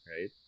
Right